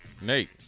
Nate